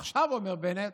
עכשיו", אומר בנט